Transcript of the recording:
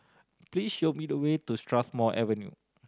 please show me the way to Strathmore Avenue